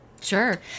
Sure